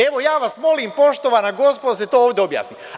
Evo, ja vas molim, poštovana gospodo, da se to ovde objasni.